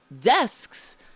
desks